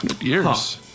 Years